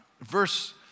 Verse